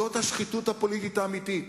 זאת השחיתות הפוליטית האמיתית.